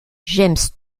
james